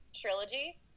Trilogy